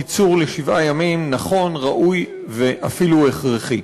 קיצור לשבעה ימים נכון, ראוי ואפילו הכרחי.